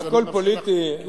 הכול פוליטי,